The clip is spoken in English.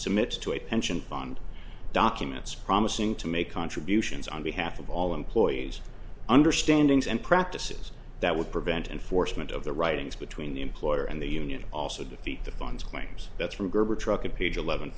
submit to a pension fund documents promising to make contributions on behalf of all employees understanding's and practices that would prevent enforcement of the writings between the employer and the union also defeat the funds claims that's from gerber truck at page eleven